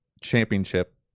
championship